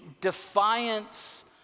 defiance